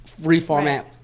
reformat